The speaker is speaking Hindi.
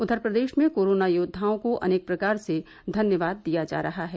उधर प्रदेश में कोरोना योद्वाओं को अनेक प्रकार से धन्यवाद दिया जा रहा है